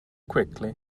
quickly